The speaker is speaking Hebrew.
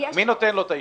מי נותן לו את האישור?